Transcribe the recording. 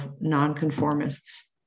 nonconformists